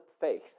faith